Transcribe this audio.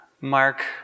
mark